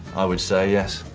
i would say, yes.